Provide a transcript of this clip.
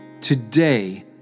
Today